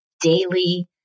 daily